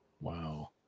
Wow